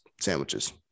sandwiches